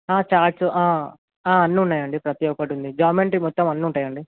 charts అన్నీ ఉన్నాయండి ప్రతి ఒకటి ఉంది జామెంట్రీ మొత్తం అన్నీ ఉంటాయండి